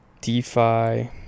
DeFi